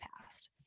past